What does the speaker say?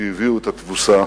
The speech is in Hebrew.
שהביאו את התבוסה